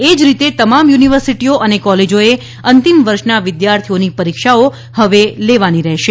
એ જ રીતે તમામ યુનિવર્સીટીઓ અને કોલેજોએ અંતિમ વર્ષના વિદ્યાર્થીઓની પરીક્ષાઓ હવે લેવાની રહેશે